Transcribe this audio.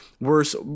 worse